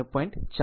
4 હશે